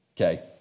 Okay